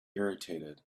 irritated